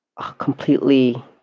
completely